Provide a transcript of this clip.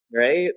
right